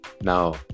Now